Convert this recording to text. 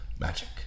magic